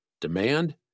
demand